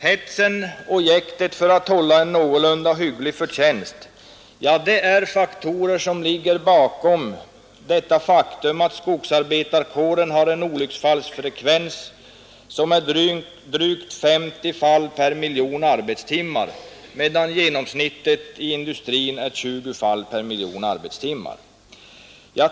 Hetsen och jäktet för att hålla en någorlunda hygglig förtjänst är faktorer som ligger bakom det förhållandet att skogsarbetarkåren har en olycksfallsfrekvens av drygt 50 fall per miljon arbetstimmar. Genomsnittet inom övrig industri är 20 fall per miljon arbetstimmar.